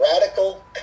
radical